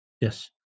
yes